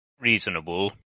reasonable